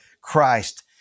Christ